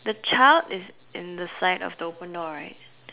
the child is in the side of the open door right